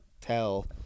tell